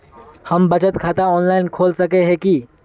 हम बचत खाता ऑनलाइन खोल सके है की?